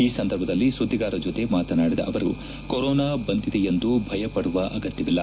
ಈ ಸಂದರ್ಭದಲ್ಲಿ ಸುದ್ದಿಗಾರರ ಜೊತೆ ಮಾತನಾಡಿದ ಅವರು ಕೊರೊನಾ ಬಂದಿದೆಯೆಂದು ಭಯಪಡುವ ಅಗತ್ಯವಿಲ್ಲ